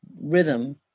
rhythm